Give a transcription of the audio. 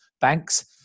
banks